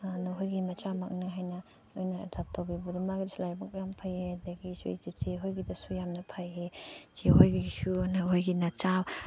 ꯅꯈꯣꯏꯒꯤ ꯃꯆꯥꯃꯛꯅꯤ ꯍꯥꯏꯅ ꯅꯣꯏꯅ ꯑꯦꯗꯣꯞ ꯇꯧꯕꯤꯕꯗꯣ ꯃꯥꯒꯤꯁꯨ ꯂꯥꯏꯕꯛ ꯌꯥꯝ ꯐꯩꯌꯦ ꯑꯗꯒꯤꯁꯨ ꯆꯦꯆꯦ ꯍꯣꯏꯒꯤꯗꯁꯨ ꯌꯥꯝꯅ ꯐꯩꯌꯦ ꯆꯦ ꯍꯣꯏꯒꯤꯁꯨ ꯅꯈꯣꯏꯒꯤ ꯅꯆꯥ